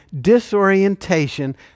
disorientation